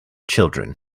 children